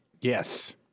yes